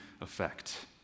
effect